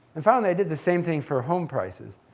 and finally, i did the same thing for home prices.